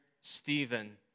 Stephen